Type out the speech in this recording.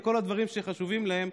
כל הדברים שחשובים להם.